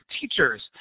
teachers